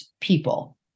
people